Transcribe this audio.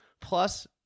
plus